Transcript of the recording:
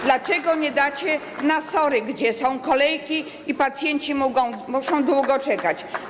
Dlaczego nie dacie na SOR-y, gdzie są kolejki i pacjenci muszą długo czekać?